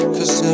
Cause